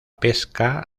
pesca